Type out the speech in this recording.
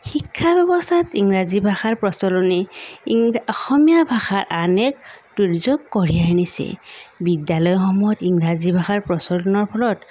শিক্ষা ব্যৱস্থাত ইংৰাজী ভাষাৰ প্ৰচলনেই ইং অসমীয়া ভাষাত আন এক দুৰ্যোগ কঢ়িয়াই আনিছে বিদ্যালয়সমূহত ইংৰাজী ভাষাৰ প্ৰচলনৰ ফলত